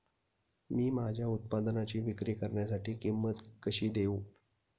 मी माझ्या उत्पादनाची विक्री करण्यासाठी किंमत कशी देऊ?